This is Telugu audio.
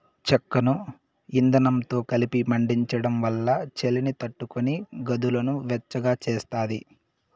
చెక్కను ఇందనంతో కలిపి మండించడం వల్ల చలిని తట్టుకొని గదులను వెచ్చగా చేస్తాది